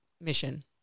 mission